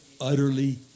utterly